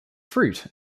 fruit